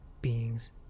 beings